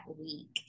week